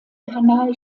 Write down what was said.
kanal